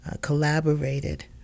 collaborated